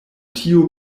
tiu